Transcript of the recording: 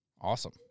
Awesome